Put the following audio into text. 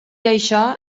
això